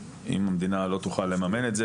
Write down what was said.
למרות שלדעתי זה חובת המדינה הבסיסית.